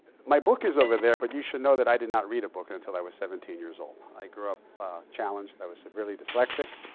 my book is over there. but you should know that i did not read a book until i was seventeen years old. i grew up challenged. i was severely dyslexic.